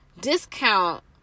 discount